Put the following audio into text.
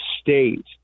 state